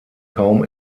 kaum